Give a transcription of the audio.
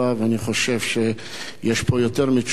ואני חושב שיש פה יותר מתשובה,